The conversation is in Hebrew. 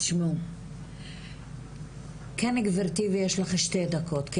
תשמעו, כן גברתי ויש לך שתי דקות.